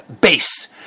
Base